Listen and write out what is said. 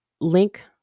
link